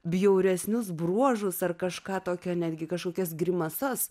bjauresnius bruožus ar kažką tokio netgi kažkokias grimasas